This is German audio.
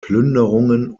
plünderungen